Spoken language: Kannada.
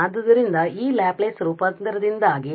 ಆದ್ದರಿಂದ ಈ ಲ್ಯಾಪ್ಲೇಸ್ ರೂಪಾಂತರದಿಂದಾಗಿLaplace transform